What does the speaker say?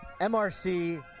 MRC